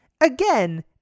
again